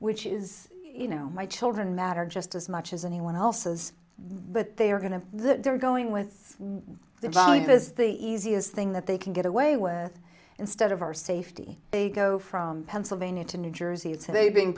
which is you know my children matter just as much as anyone else's but they are going to they're going with the volume is the easiest thing that they can get away with instead of our safety they go from pennsylvania to new jersey today being